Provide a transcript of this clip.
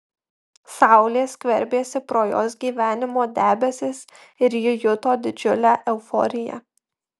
saulė skverbėsi pro jos gyvenimo debesis ir ji juto didžiulę euforiją